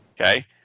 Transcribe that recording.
Okay